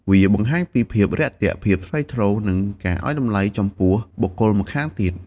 វាបង្ហាញពីភាពរាក់ទាក់ ភាពថ្លៃថ្នូរ និងការឲ្យតម្លៃចំពោះបុគ្គលម្ខាងទៀត។